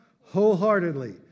Wholeheartedly